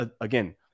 again